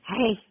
Hey